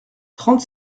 trente